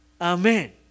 Amen